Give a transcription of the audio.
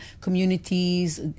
communities